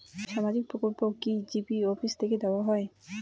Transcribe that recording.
সামাজিক প্রকল্প কি জি.পি অফিস থেকে দেওয়া হয়?